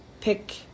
pick